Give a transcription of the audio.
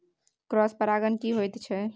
Cross परागण की होयत छै?